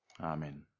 Amen